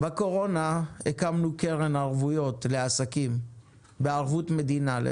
בקורונה הקמנו קרן ערבויות לעסקים בערבות מדינה.